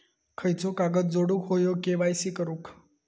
खयचो कागद जोडुक होयो के.वाय.सी करूक?